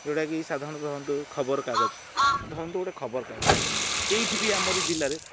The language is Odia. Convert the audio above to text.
ଯେଉଁଟାକି ସାଧାରଣତଃ ଧରନ୍ତୁ ଖବରକାଗଜ ଧରନ୍ତୁ ଗୋଟେ ଖବରକାଗଜ ଏଇଠି ବି ଆମରି ଜିଲ୍ଲାରେ